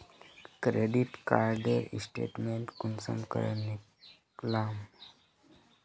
Credit कार्डेर statement कुंसम करे निकलाम?